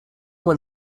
one